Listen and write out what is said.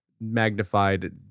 magnified